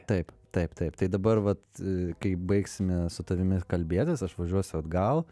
taip taip taip tai dabar vat kai baigsime su tavimi kalbėtis aš važiuosiu atgal